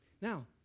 Now